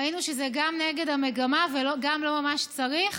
ראינו שזה גם נגד המגמה וגם לא ממש צריך.